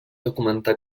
documentar